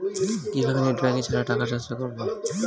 কিভাবে net banking ছাড়া টাকা টান্সফার করব?